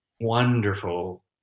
wonderful